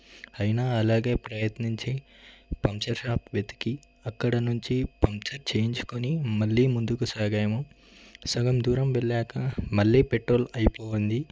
అయినా అలాగే ప్రయత్నించి పంచర్ షాప్ వెతికి అక్కడ నుంచి పంచర్ చేయించుకుని మళ్ళీ ముందుకు సాగాము సగం దూరం వెళ్ళాక మళ్ళీ పెట్రోల్ అయిపోయింది